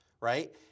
right